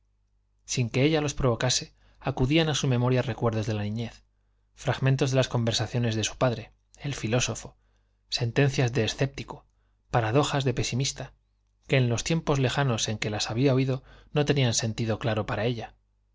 sin que ella los provocase acudían a su memoria recuerdos de la niñez fragmentos de las conversaciones de su padre el filósofo sentencias de escéptico paradojas de pesimista que en los tiempos lejanos en que las había oído no tenían sentido claro para ella